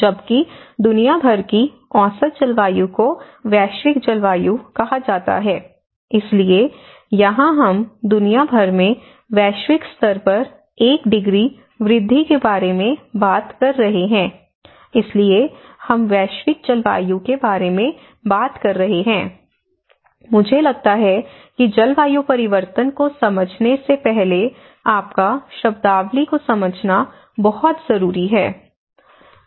जबकि दुनिया भर की औसत जलवायु को वैश्विक जलवायु कहा जाता है इसलिए यहाँ हम दुनिया भर में वैश्विक स्तर पर एक डिग्री वृद्धि के बारे में बात कर रहे हैं इसलिए हम वैश्विक जलवायु के बारे में बात कर रहे हैं मुझे लगता है कि जलवायु परिवर्तन को समझने से पहले आपको शब्दावली को समझना बहुत जरूरी है